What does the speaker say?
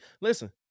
listen